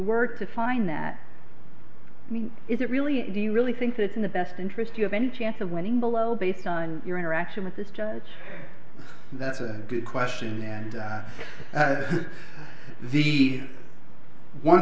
were to find that i mean is it really do you really think that in the best interest you have any chance of winning below based on your interaction with this judge that's a good question and the one